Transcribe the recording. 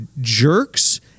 jerks